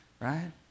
right